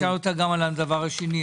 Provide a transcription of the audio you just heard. נשאל אותה גם על הדבר השני.